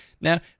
Now